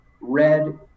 red